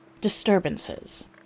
disturbances